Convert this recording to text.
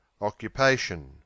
Occupation